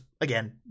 again